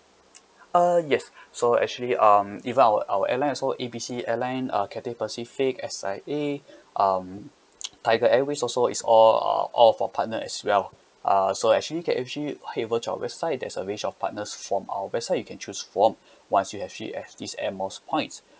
uh yes so actually um even our our airline as well A B C airline uh Cathay Pacific S_I_A um Tiger Airways also is all uh all of our partner as well uh so actually you can actually you are able to our website there's a range of partners from our website you can choose from once you have actually have this air miles